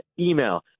email